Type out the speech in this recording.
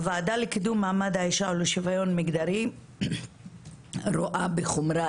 הוועדה לקידום מעמד האישה ולשוויון מגדרי רואה בחומרה